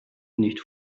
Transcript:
nicht